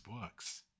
books